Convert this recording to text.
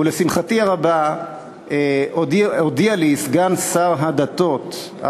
ולשמחתי הרבה הודיע לי סגן שר הדתות,